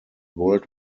world